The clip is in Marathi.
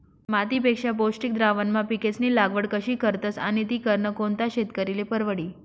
मातीपेक्षा पौष्टिक द्रावणमा पिकेस्नी लागवड कशी करतस आणि ती करनं कोणता शेतकरीले परवडी?